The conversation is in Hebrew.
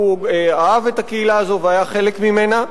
והוא אהב את הקהילה הזו והיה חלק ממנה.